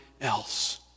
Else